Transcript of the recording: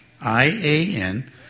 I-A-N